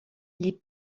les